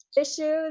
issues